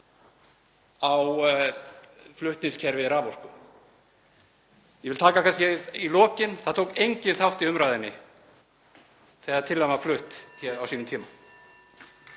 á flutningskerfi raforku. Ég vil taka það fram í lokin að það tók enginn þátt í umræðunni þegar tillagan var flutt á sínum tíma.